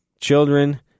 children